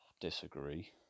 Disagree